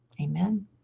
Amen